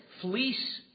fleece